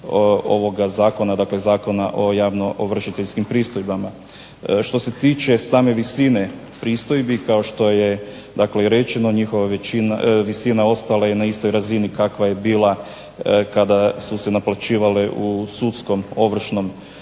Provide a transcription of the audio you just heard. ovoga Zakona o javnoovršiteljskim pristojbama. Što se tiče same visine pristojbi, dakle kao što je rečeno njihova visina ostala je na istoj razini kakva je bila kada su se naplaćivale u sudskom ovršnom postupku